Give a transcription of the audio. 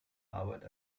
arbeit